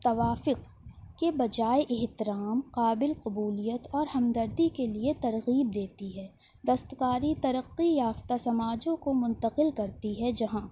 توافق کے بجائے احترام قابل قبولیت اور ہمدردی کے لیے ترغیب دیتی ہے دستکاری ترقی یافتہ سماجوں کو منتقل کرتی ہے جہاں